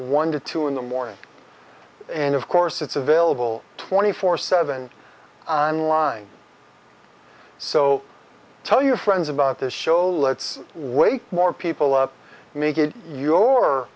one to two in the morning and of course it's available twenty four seventh's on line so tell your friends about this show let's way more people up make it your